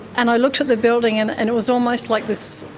and i looked at the building and and it was almost like this,